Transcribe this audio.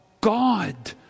God